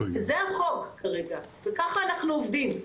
זה החוק כרגע וככה אנחנו עובדים.